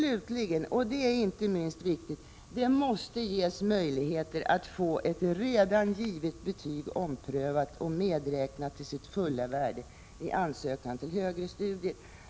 Slutligen, och det är inte minst viktigt, måste det ges möjligheter att få ett redan givet betyg omprövat och medräknat till sitt fulla värde vid ansökan till högre studier.